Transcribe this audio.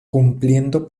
cumpliendo